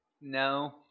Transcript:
No